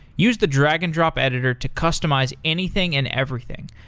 use the drag and drop editor to customize anything and everything.